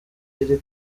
iri